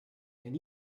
and